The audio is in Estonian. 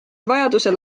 vajadusel